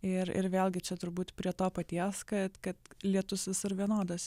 ir ir vėlgi čia turbūt prie to paties kad kad lietus visur vienodas